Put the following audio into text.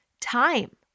time